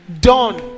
done